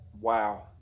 Wow